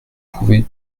pouvez